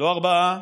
לא ארבעה,